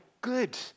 good